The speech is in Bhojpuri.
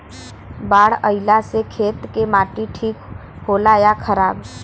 बाढ़ अईला से खेत के माटी ठीक होला या खराब?